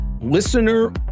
Listener